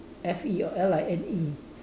F E or L I N E